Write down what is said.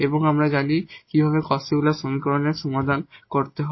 এবং আমরা জানি কিভাবে Cauchy Euler সমীকরণ সমাধান করতে হয়